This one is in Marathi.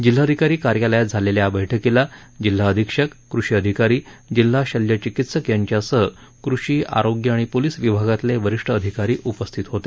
जिल्हाधिकारी कार्यालयात झालेल्या या बैठकीला जिल्हा अधिक्षक कृषी अधिकारी जिल्हा शल्य चिकित्सक यांच्यासह कृषी आरोग्य आणि पोलीस विभागातले वरिष्ठ अधिकारी उपस्थित होते